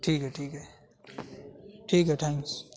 ٹھیک ہے ٹھیک ہے ٹھیک ہے تھینکس